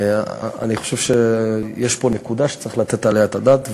אני חושב שיש פה נקודה שצריך לתת עליה את הדעת,